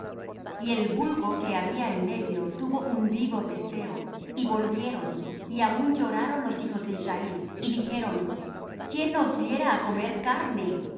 y el vulgo que había en medio tuvo un vivo deseo y volvieron y aun lloraron los hijos de israel y dijeron quién nos diera á comer carne